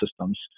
systems